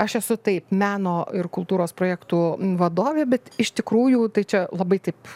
aš esu taip meno ir kultūros projektų vadovė bet iš tikrųjų tai čia labai taip